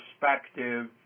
perspective